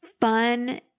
fun